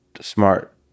smart